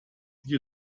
die